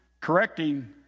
correcting